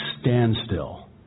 standstill